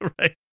Right